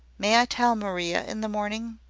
may i tell maria in the morning?